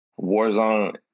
Warzone